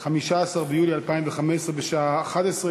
אוקיי?